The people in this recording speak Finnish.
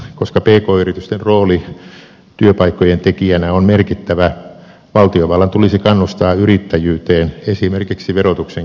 koska pk yritysten rooli työpaikkojen tekijänä on merkittävä valtiovallan tulisi kannustaa yrittäjyyteen esimerkiksi verotuksen keinoin